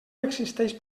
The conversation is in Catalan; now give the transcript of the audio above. existeix